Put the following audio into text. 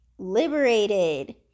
liberated